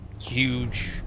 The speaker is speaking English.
huge